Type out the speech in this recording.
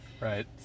right